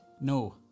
No